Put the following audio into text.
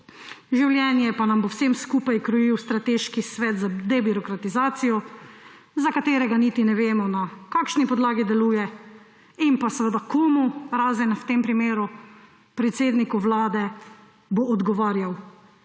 življenje pa nam bo vsem skupaj krojil strateški svet za debirokratizacijo, za katerega niti ne vemo, na kakšni podlagi deluje in komu, razen v tem primeru predsedniku vlade, bo odgovarjal.